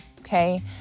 Okay